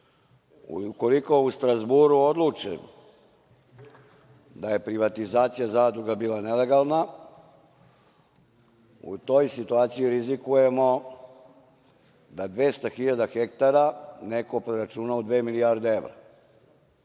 Ukoliko u Strazburu odluče da je privatizacija zadruga bila nelegalna, u toj situaciji rizikujemo da 200 hiljada hektara neko preračuna u dve milijarde evra.